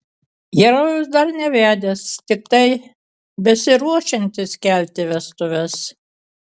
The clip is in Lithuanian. herojus dar nevedęs tiktai besiruošiantis kelti vestuves